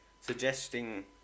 suggesting